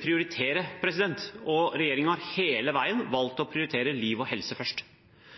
prioriteringer, og regjeringen har hele veien valgt å prioritere liv og helse først. Deretter, som nummer to – og dette har statsministeren og resten av regjeringen sagt hele